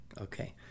okay